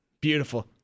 Beautiful